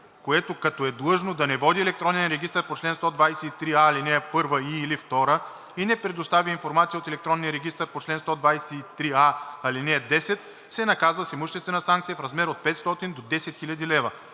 което, като е длъжно, не води електронен регистър по чл. 123а, ал. 1 и/или 2 и не предостави информация от електронния регистър по чл. 123а, ал. 10, се наказва с имуществена санкция в размер от 500 до 10 000 лв.